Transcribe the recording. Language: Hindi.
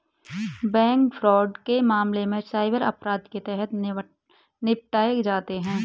बैंक फ्रॉड के मामले साइबर अपराध के तहत निपटाए जाते हैं